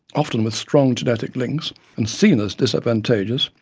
often with strong genetic links and seen as disadvantageous,